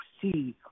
see